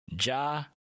Ja